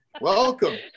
Welcome